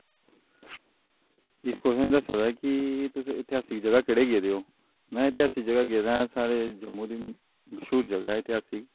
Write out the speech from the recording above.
इस क्वाच्छेन च दस्से दा ऐ कि तुस इतिहासिक जगह् केह्ड़ी गेदे हो में इतिहासिक जगह् गेदा ऐं साढ़े जम्मू दी मश्हूर जगह् ऐ इतिहासिक